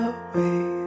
away